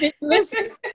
Listen